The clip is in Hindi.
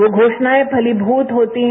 वो घोषणाएं फलीभूत होती हैं